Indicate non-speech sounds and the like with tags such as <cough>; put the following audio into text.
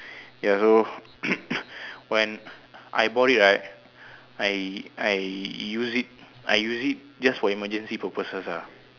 ya so <coughs> when I bought it right I I use it I use it just for emergency purposes ah